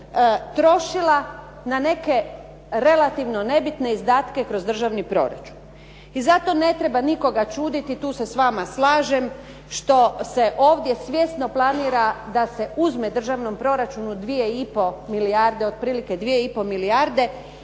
trošila na neke relativno nebitne izdatke kroz državni proračun. I zato ne treba nikoga čuditi, tu se s vama slažem što se ovdje svjesno planira da se uzme državnom proračunu otprilike 2,5 milijarde